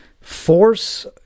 force